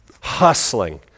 hustling